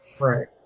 Right